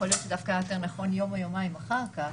יכול להיות שדווקא יותר נכון לעשות יום או יומיים אחר כך.